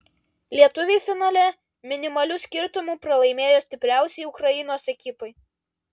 lietuviai finale minimaliu skirtumu pralaimėjo stipriausiai ukrainos ekipai